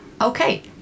Okay